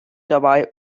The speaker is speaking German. dabei